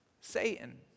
Satan